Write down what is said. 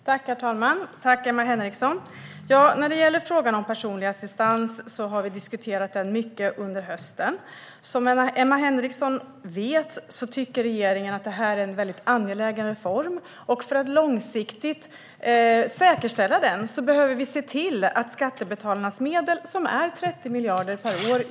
Herr talman! Tack, Emma Henriksson! Frågan om personlig assistans har diskuterats mycket under hösten. Som Emma Henriksson vet tycker regeringen att detta är en väldigt angelägen reform, och för att långsiktigt säkerställa den behöver vi säkra skattebetalarnas medel, just nu 30 miljarder per år.